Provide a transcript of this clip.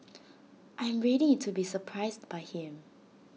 I am ready to be surprised by him